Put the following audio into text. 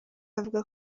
avuga